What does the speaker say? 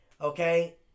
Okay